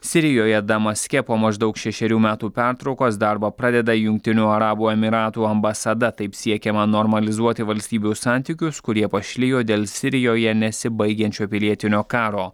sirijoje damaske po maždaug šešerių metų pertraukos darbą pradeda jungtinių arabų emyratų ambasada taip siekiama normalizuoti valstybių santykius kurie pašlijo dėl sirijoje nesibaigiančio pilietinio karo